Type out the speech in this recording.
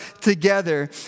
together